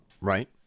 Right